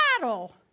battle